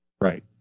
Right